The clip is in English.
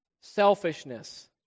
selfishness